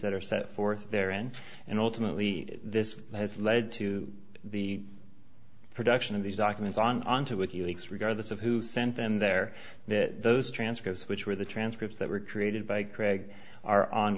set or set forth there and and ultimately this has led to the production of these documents on until wiki leaks regardless of who sent them there that those transcripts which were the transcripts that were created by greg are on